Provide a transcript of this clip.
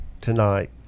tonight